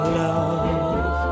love